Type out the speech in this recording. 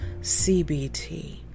cbt